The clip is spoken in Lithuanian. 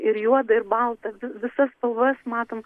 ir juoda ir balta visas spalvas matom